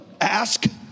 Ask